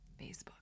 Facebook